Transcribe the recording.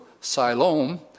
Siloam